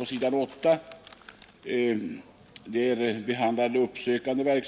En av arbetsgrupperna behandlar frågor om uppsökande